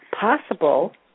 possible